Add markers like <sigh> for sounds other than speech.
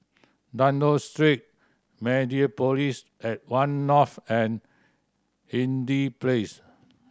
Dunlop Street Mediapolis at One North and <unintelligible> Place